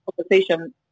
conversation